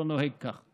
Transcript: לא נוהג כך.